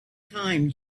time